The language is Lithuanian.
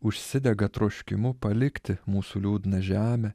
užsidega troškimu palikti mūsų liūdną žemę